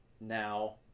now